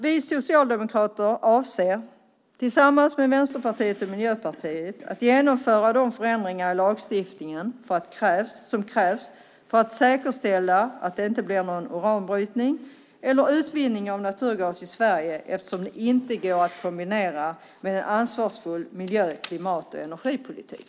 Vi socialdemokrater avser tillsammans med Vänsterpartiet och Miljöpartiet att genomföra de förändringar i lagstiftningen som krävs för att säkerställa att det inte blir någon uranbrytning eller utvinning av naturgas i Sverige eftersom det inte går att kombinera med en ansvarsfull miljö-, klimat och energipolitik.